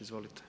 Izvolite.